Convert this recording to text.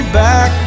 back